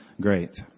great